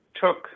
took